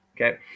Okay